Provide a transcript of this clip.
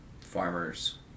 farmers